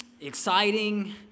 exciting